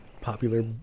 Popular